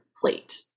plate